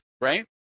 right